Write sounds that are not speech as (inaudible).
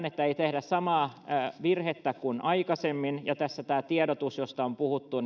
(unintelligible) että ei tehdä samaa virhettä kuin aikaisemmin ja tässä on todella tärkeää että tämä tiedotus josta on puhuttu (unintelligible)